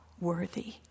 worthy